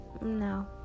No